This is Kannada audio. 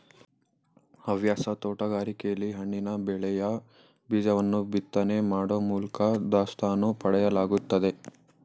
ಹವ್ಯಾಸಿ ತೋಟಗಾರಿಕೆಲಿ ಹಣ್ಣಿನ ಬೆಳೆಯ ಬೀಜವನ್ನು ಬಿತ್ತನೆ ಮಾಡೋ ಮೂಲ್ಕ ದಾಸ್ತಾನು ಪಡೆಯಲಾಗ್ತದೆ